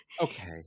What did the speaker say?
Okay